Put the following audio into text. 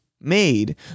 made